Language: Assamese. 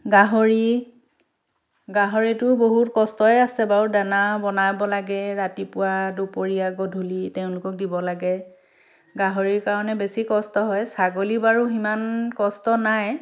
গাহৰি গাহৰিতো বহুত কষ্টয়েই আছে বাৰু দানা বনাব লাগে ৰাতিপুৱা দুপৰীয়া গধূলি তেওঁলোকক দিব লাগে গাহৰিৰ কাৰণে বেছি কষ্ট হয় ছাগলী বাৰু সিমান কষ্ট নাই